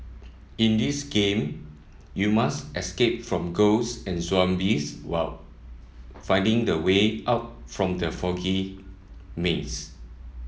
in this game you must escape from ghosts and zombies while finding the way out from the foggy maze